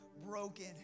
broken